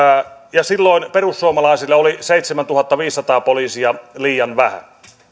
ja silloin perussuomalaisille oli seitsemäntuhattaviisisataa poliisia liian vähän